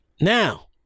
Now